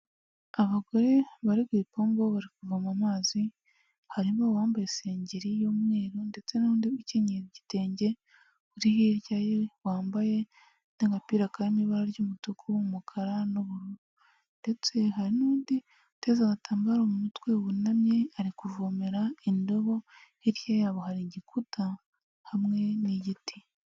Abagore bari ku ipombo, bari kuvoma amazi, harimo uwambaye isengeri y'umweru ndetse n'undi ukenyeye igitenge uri hirya ye, wambaye n'agapira karimo ibara ry'umutuku, umukara n'ubururu ndetse hari n'undi uteze agatambaro mu mutwe, wunamye, ari kuvomera indobo, hirya yabo hari igikuta hamwe n'igiti.